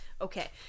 Okay